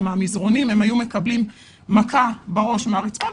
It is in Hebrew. מהמזרנים והם היו מקבלים מכה בראש מהרצפה,